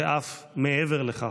ואף מעבר לכך.